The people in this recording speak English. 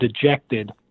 dejected